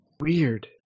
weird